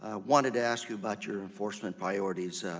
ah wanted to ask you about your enforcement priorities.